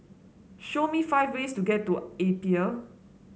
show me five ways to get to Apia